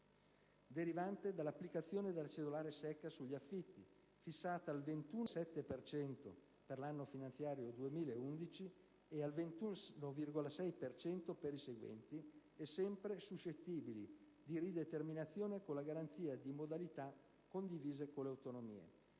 derivante dall'applicazione della cedolare secca sugli affitti, fissata al 21,7 per cento per l'anno finanziario 2011 e al 21,6 per cento per i seguenti, e sempre suscettibile di rideterminazione, con la garanzia di modalità condivise con le Autonomie.